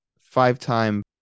five-time